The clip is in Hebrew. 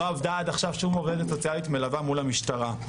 לא עבדה עד עכשיו שום עובדת סוציאלית מלווה מול המשטרה.